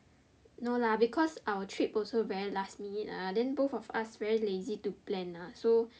no lah because our trip also very last minute uh then both of us very lazy to plan ah so